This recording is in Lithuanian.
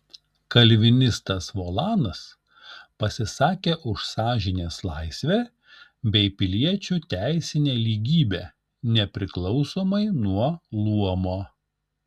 kalvinistas volanas pasisakė už sąžinės laisvę bei piliečių teisinę lygybę nepriklausomai nuo luomo